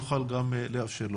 נוכל לאפשר לו.